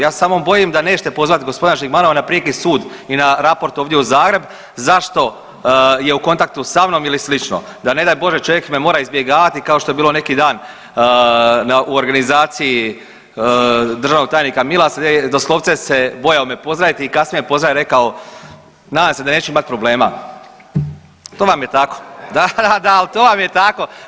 Ja se samo bojim da nećete pozvati gospodina Žigmanova na Prijeki sud i na raport ovdje u Zagreb zašto je u kontaktu sa mnom ili slično da ne daj Bože čovjek me mora izbjegavati kao što je bilo neki dan u organizaciji državnog tajnika Milasa gdje doslovce se bojao me pozdraviti i kasnije me pozdravio i rekao: „Nadam se da neću imati problema.“ To vam je tako. … [[Upadica se ne razumije.]] Da, da, da ali to vam je tako.